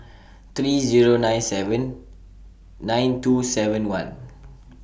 three Zero nine seven nine two seven one